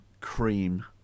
cream